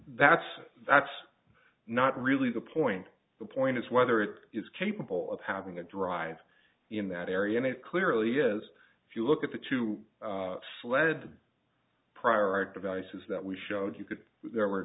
that's that's not really the point the point is whether it is capable of having a drive in that area and it clearly is if you look at the two sled prior art devices that we showed you could there were